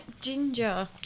ginger